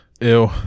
Ew